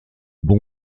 bon